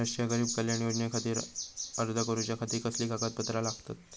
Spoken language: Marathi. राष्ट्रीय गरीब कल्याण योजनेखातीर अर्ज करूच्या खाती कसली कागदपत्रा लागतत?